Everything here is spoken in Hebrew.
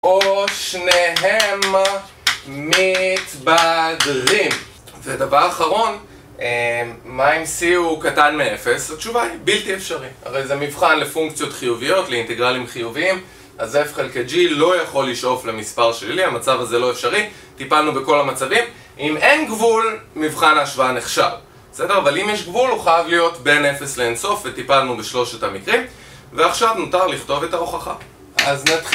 או שניהם מתבדרים. ודבר אחרון, מה אם c הוא קטן מ-0? התשובה היא בלתי אפשרי. הרי זה מבחן לפונקציות חיוביות, לאינטגרלים חיוביים אז f חלקי g לא יכול לשאוף למספר שלילי, המצב הזה לא אפשרי, טיפלנו בכל המצבים. אם אין גבול מבחן ההשוואה נכשל, בסדר? אבל אם יש גבול הוא חייב להיות בין 0 לאינסוף, וטיפלנו בשלושת המקרים, ועכשיו נותר לכתוב את ההוכחה. אז נתחיל